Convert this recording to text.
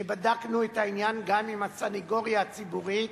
שבדקנו את העניין גם עם הסניגוריה הציבורית,